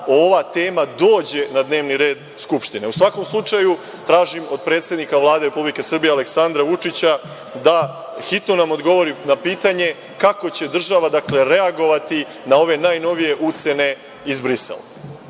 ova tema dođe na dnevni red Skupštine.U svakom slučaju tražim od predsednika Vlade Republike Srbije, Aleksandra Vučića, da nam hitno odgovori na pitanje kako će država reagovati na ove najnovije ucene iz Brisela? Druga